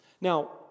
Now